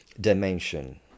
dimension